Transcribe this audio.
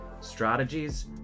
strategies